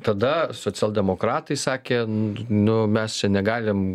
tada socialdemokratai sakė nu mes čia negalim